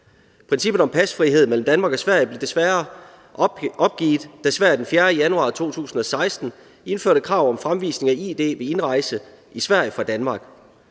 Princippet om pasfrihed mellem Danmark og Sverige blev desværre opgivet, da Sverige den 4. januar 2016 indførte krav om fremvisning af id ved indrejse i Sverige fra Danmark.